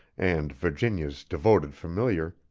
and virginia's devoted familiar,